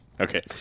Okay